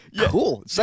cool